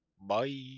bye